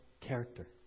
character